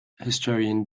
historian